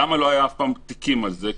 למה לא היו אף פעם תיקים על זה?